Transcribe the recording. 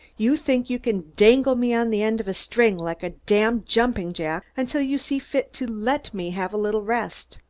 you think you can dangle me on the end of a string, like a damned jumping jack, until you see fit to let me have a little rest.